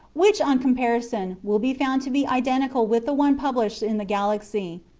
which, on comparison, will be found to be identical with the one published in the galaxy.